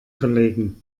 kollegen